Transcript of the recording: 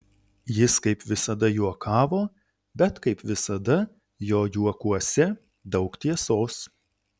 jis kaip visada juokavo bet kaip visada jo juokuose daug tiesos